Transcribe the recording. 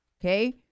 Okay